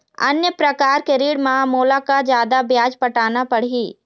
अन्य प्रकार के ऋण म मोला का जादा ब्याज पटाना पड़ही?